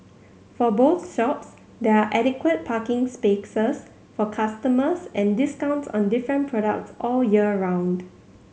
for both shops there are adequate parking for customers and discounts on different products all year round